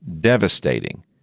devastating